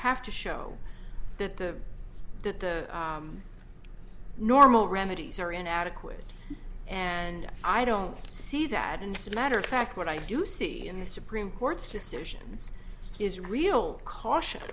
have to show that the the that normal remedies are inadequate and i don't see that and it's a matter of fact what i do see in the supreme court's decisions is real cautio